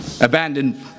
Abandoned